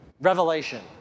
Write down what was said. revelation